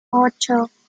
ocho